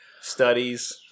studies